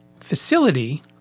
facility